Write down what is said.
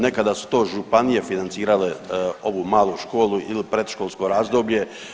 Nekada su to županije financirale ovu malu školu ili predškolsko razdoblje.